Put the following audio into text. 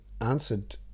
answered